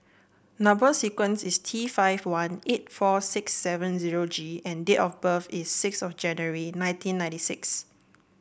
number sequence is T five one eight four six seven zero G and date of birth is six of January nineteen ninety six